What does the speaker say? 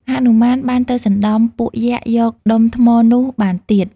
ហនុមានបានទៅសណ្តំពួកយក្សយក ដុំថ្មនោះបានទៀត។